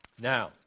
Now